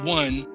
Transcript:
one